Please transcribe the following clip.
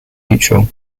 neutral